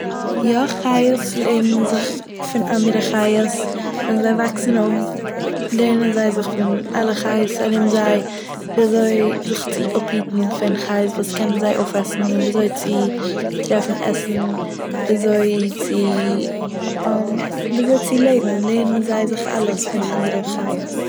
יא, חיות לערנען זיך פון אנדערע חיות, ווען זיי וואקסען אויף לערנען זיי זיך פון אלע חיות ארום זיי וויזוי זיך צו אפהיטן פון חיות וואס קענען זיי אויפעסן, און ווי אזוי צו טרעפן עסן וויזוי צו וויזוי צו לעבן לערנען זיי זיך אלעס פון אנדערע חיות.